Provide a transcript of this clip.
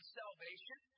salvation